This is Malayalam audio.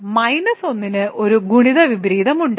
അതിനാൽ മൈനസ് 1 ന് ഒരു ഗുണിത വിപരീതമുണ്ട്